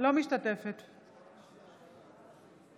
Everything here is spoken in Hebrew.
בהצבעה